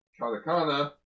Katakana